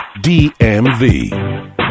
DMV